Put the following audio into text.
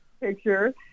picture